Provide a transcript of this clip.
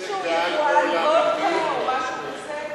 מישהו, יבואן וודקה או משהו כזה?